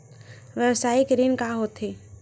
व्यवसायिक ऋण का होथे?